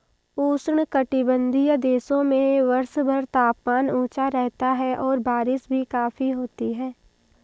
उष्णकटिबंधीय देशों में वर्षभर तापमान ऊंचा रहता है और बारिश भी काफी होती है